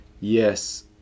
Yes